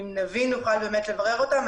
נוכל לברר אותם.